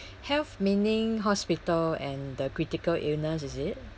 health meaning hospital and the critical illness is it